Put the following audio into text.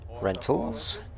Rentals